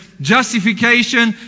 justification